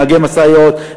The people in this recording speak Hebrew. נהגי משאיות,